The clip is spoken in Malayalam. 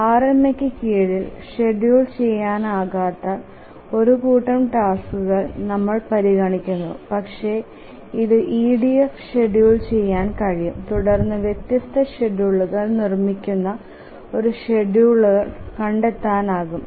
RMAയ്ക്ക് കീഴിൽ ഷെഡ്യൂൾ ചെയ്യാനാകാത്ത ഒരു കൂട്ടം ടാസ്കുകൾ നമ്മൾ പരിഗണിക്കുന്നു പക്ഷേ ഇതു EDFൽ ഷെഡ്യൂൾ ചെയ്യാൻ കഴിയും തുടർന്ന് വ്യത്യസ്ത ഷെഡ്യൂളുകൾ നിർമ്മിക്കുന്ന 2 ഷെഡ്യൂളറുകൾ കണ്ടെത്താനാകും